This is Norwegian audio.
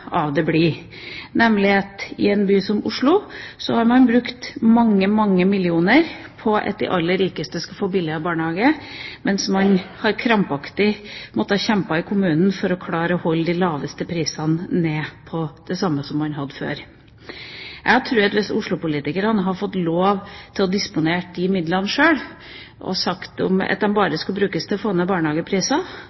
av det blir, nemlig at i en by som Oslo har man brukt mange, mange millioner kroner på at de aller rikeste skal få billigere barnehageplasser, mens man i kommunen krampaktig har måttet kjempe for å klare å holde de laveste prisene nede på det samme nivået man hadde før. Hvis Oslo-politikerne hadde fått lov til å disponere disse midlene sjøl og sagt at